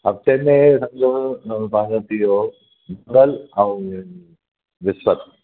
हफ़्ते में समुझो पंहिंजो थी वियो मंगल ऐं विस्पत